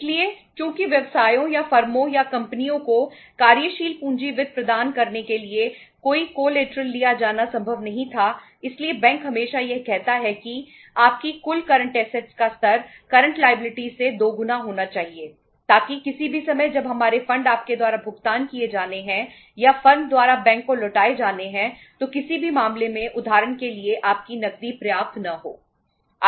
इसलिए चूंकि व्यवसायों या फर्मों या कंपनियों को कार्यशील पूंजी वित्त प्रदान करने के लिए कोई कॉलेटरल आपके द्वारा भुगतान किए जाने हैं या फर्म द्वारा बैंक को लौटाए जाने हैं तो किसी भी मामले में उदाहरण के लिए आपकी नकदी पर्याप्त न हो